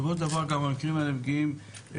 בסופו של דבר גם האנשים האלה מגיעים אל